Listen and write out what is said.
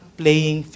playing